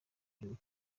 gihugu